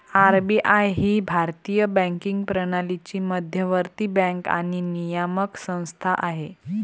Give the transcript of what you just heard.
RBI ही भारतीय banking प्रणालीची मध्यवर्ती बँक आणि नियामक संस्था आहे